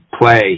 play